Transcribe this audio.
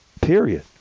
Period